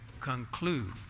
conclude